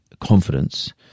confidence